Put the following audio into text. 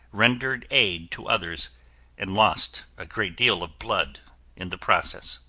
rendered aid to others and lost a great deal of blood in the process.